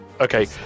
Okay